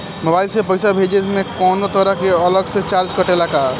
Mobile से पैसा भेजे मे कौनों तरह के अलग से चार्ज कटेला का?